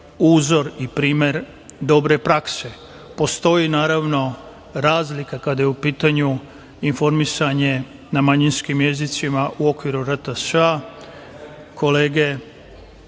uzor i primer dobre prakse. Postoji naravno razlika kada je u pitanju informisanje na manjinskim jezicima u okviru RTS.